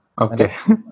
Okay